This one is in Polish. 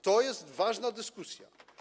To jest ważna dyskusja.